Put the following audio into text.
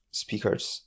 speakers